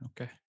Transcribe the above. Okay